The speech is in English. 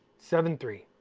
seventy three.